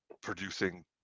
producing